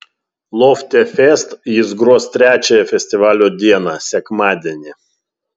lofte fest jis gros trečiąją festivalio dieną sekmadienį